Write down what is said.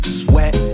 sweat